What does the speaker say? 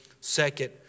second